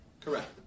Correct